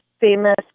famous